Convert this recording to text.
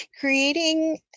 creating